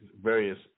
various